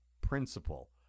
principle